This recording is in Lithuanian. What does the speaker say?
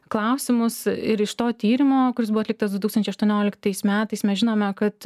klausimus ir iš to tyrimo kuris buvo atliktas du tūkstančiai aštuonioliktais metais mes žinome kad